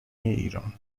ایران